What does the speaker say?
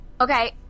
Okay